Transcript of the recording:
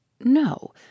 No